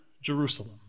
Jerusalem